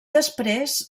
després